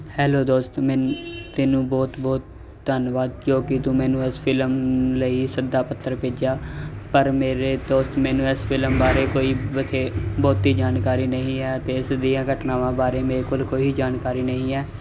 hello ਦੋਸਤੋ ਮੈਨੂੰ ਤੈਨੂੰ ਬਹੁਤ ਬਹੁਤ ਧੰਨਵਾਦ ਕਿਉਂਕਿ ਤੂੰ ਮੈਨੂੰ ਇਸ ਫਿਲਮ ਲਈ ਸੱਦਾ ਪੱਤਰ ਭੇਜਿਆ ਪਰ ਮੇਰੇ ਦੋਸਤ ਮੈਨੂੰ ਇਸ ਫਿਲਮ ਬਾਰੇ ਕੋਈ ਬਹੁਤੀ ਜਾਣਕਾਰੀ ਨਹੀਂ ਹੈ ਤੇ ਇਸ ਦੀਆ ਘਟਨਾਵਾਂ ਬਾਰੇ ਮੇਰੇ ਕੋਲ ਕੋਈ ਜਾਣਕਾਰੀ ਨਹੀਂ ਹੈ